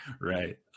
Right